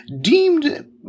deemed